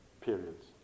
periods